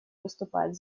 выступает